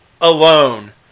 alone